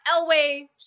Elway